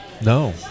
No